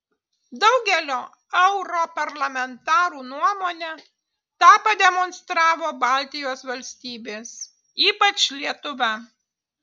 daugelio europarlamentarų nuomone tą pademonstravo baltijos valstybės ypač lietuva